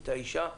את האישה.